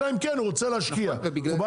אלא אם כן הוא רוצה להשקיע; הוא בא